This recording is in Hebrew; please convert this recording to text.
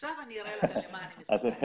עכשיו אני אראה לכם למה אני מסוגל.